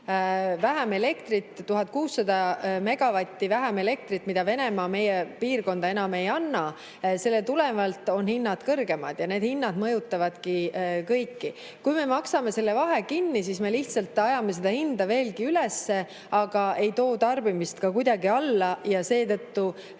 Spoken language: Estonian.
vähem elektrit. 1600 megavatti vähem elektrit, mida Venemaa meie piirkonda enam ei anna. Sellest tulenevalt on hinnad kõrgemad ja need hinnad mõjutavadki kõiki. Kui me maksame selle vahe kinni, siis me lihtsalt ajame seda hinda veelgi üles, aga ei too tarbimist kuidagi alla ja seetõttu